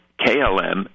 KLM